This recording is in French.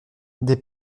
des